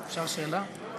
אפשר שאלה?